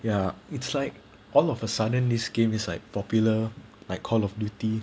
ya it's like all of a sudden this game is like popular like call of duty